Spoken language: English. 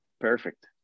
Perfect